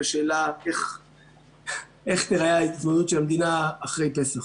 בשאלה איך תיראה ההתמודדות של המדינה אחרי פסח.